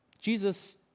jesus